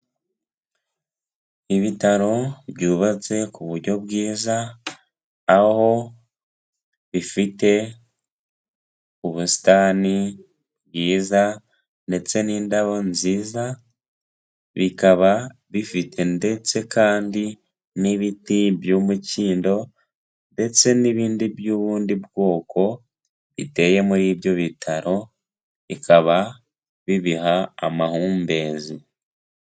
Ibitaro byubatse ku buryo bwiza, aho bifite ubusitani bwiza ndetse n'indabo nziza, bikaba bifite ndetse kandi n'ibiti by'umukindo ndetse n'ibindi by'ubundi bwoko biteye muri ibyo bitaro, bikaba bibiha amahumbezi.